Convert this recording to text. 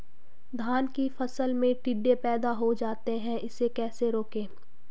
धान की फसल में टिड्डे पैदा हो जाते हैं इसे कैसे रोकें?